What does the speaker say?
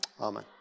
Amen